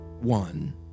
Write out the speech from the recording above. one